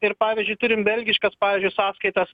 ir pavyzdžiui turim belgiškas pavyzdžiui sąskaitas